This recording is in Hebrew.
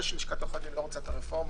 זה שלשכת עורכי הדין לא רוצה את הרפורמה,